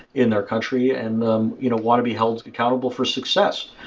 in their country and you know want to be held accountable for success.